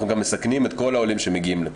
אנחנו גם מסכנים את כל העולים שמגיעים לפה.